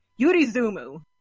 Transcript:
Yurizumu